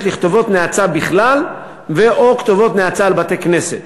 לכתובת נאצה בכלל ו/או כתובות נאצה על בתי-כנסת.